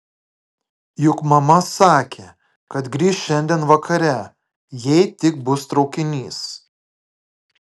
juk mama sakė kad grįš šiandien vakare jei tik bus traukinys